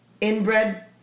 inbred